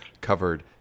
covered